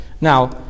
Now